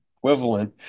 equivalent